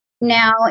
Now